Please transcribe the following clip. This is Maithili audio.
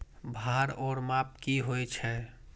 भार ओर माप की होय छै?